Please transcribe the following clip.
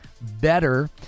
better